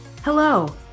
Hello